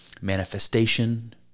manifestation